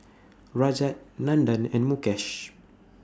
Rajat Nandan and Mukesh